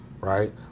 right